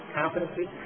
competency